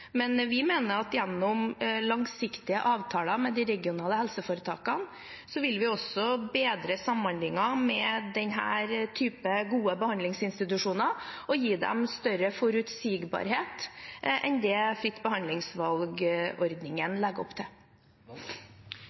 men vi mener at gjennom langsiktige avtaler med de regionale helseforetakene, vil vi også bedre samhandlingen med slike gode behandlingsinstitusjoner og gi dem større forutsigbarhet enn det fritt behandlingsvalgordningen legger opp til.